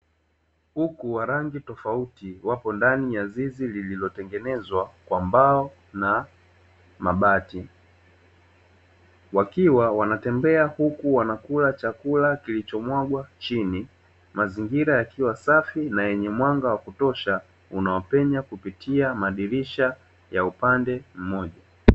Kuku wa rangi tofauti wapo ndani ya zizi lililotengenezwa kwa mbao na mabati, wakiwa wanatembea huku wanakula chakula kilichomwagwa chini, mazingira yakiwa safi na yenye mwanga wa kutosha unaopenya kupitia madirisha ya upande mmoja.